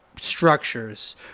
structures